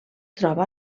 troba